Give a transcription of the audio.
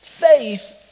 Faith